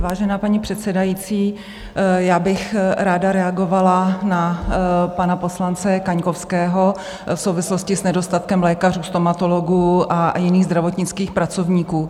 Vážená paní předsedající, já bych ráda reagovala na pana poslance Kaňkovského v souvislosti s nedostatkem lékařů, stomatologů a jiných zdravotnických pracovníků.